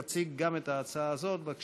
והגיע הזמן להכות ביד